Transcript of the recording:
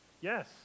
Yes